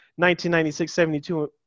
1996-72